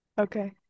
Okay